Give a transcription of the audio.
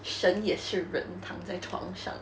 神也是人躺在床